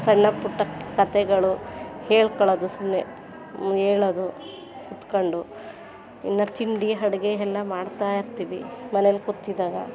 ಸಣ್ಣಪುಟ್ಟ ಕತೆಗಳು ಹೇಳ್ಕೊಳ್ಳೋದು ಸುಮ್ಮನೆ ಹೇಳೋದು ಕೂತ್ಕೊಂಡು ಇನ್ನೂ ತಿಂಡಿ ಅಡುಗೆ ಎಲ್ಲ ಮಾಡ್ತಾಯಿರ್ತೀವಿ ಮನೆಯಲ್ಲಿ ಕೂತಿದ್ದಾಗ